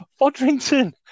Fodrington